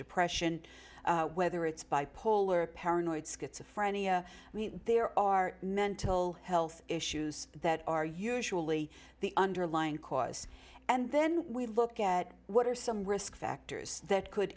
depression whether it's bipolar or paranoid schizophrenia there are mental health issues that are usually the underlying cause and then we look at what are some risk factors that could